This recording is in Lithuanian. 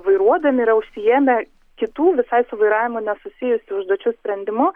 vairuodami yra užsiėmę kitų visai su vairavimu nesusijusių užduočių sprendimu